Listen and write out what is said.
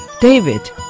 David